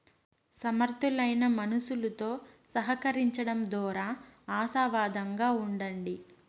సమర్థులైన మనుసులుతో సహకరించడం దోరా ఆశావాదంగా ఉండండి